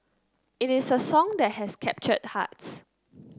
it is a song that has captured hearts